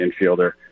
infielder